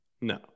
No